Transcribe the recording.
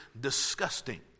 disgusting